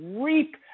reap